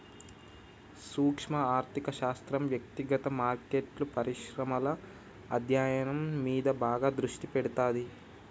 సూక్శ్మ ఆర్థిక శాస్త్రం వ్యక్తిగత మార్కెట్లు, పరిశ్రమల అధ్యయనం మీద బాగా దృష్టి పెడతాది